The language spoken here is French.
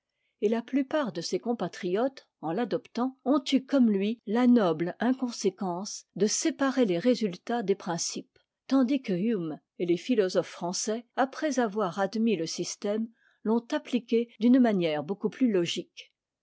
et la plupart de ses compatriotes en l'adoptant ont eu comme lui la noble inconséquence de séparer les résultats des principes tandis que hume et les philosophes français après avoir admis le système t'ont appliqué d'une manière beaucoup plus logique